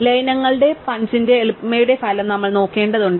ലയനങ്ങളുടെ പഞ്ചിന്റെ എളിമയുടെ ഫലം നമ്മൾ നോക്കേണ്ടതുണ്ട്